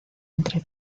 entre